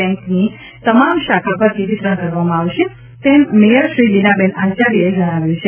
બેન્કની તમામ શાખા પરથી વિતરજ઼ કરવામાં આવશે તેમ મેયર શ્રી બીનાબેન આચાર્યએ જજ્ઞાવ્યું છે